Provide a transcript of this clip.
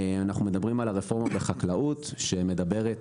אנחנו מדברים על הרפורמה בחקלאות שמדברת